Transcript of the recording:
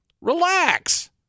Relax